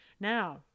Now